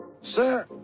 sir